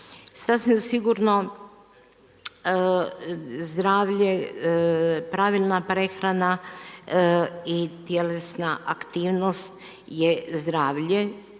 Sasvim sigurno zdravlje, pravilna prehrana i tjelesna aktivnost je zdravlje,